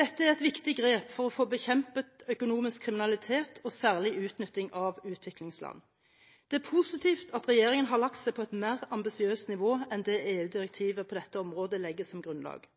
Dette er et viktig grep for å få bekjempet økonomisk kriminalitet og særlig utnytting av utviklingsland. Det er positivt at regjeringen har lagt seg på et mer ambisiøst nivå enn det EU-direktivet på dette området legger som grunnlag.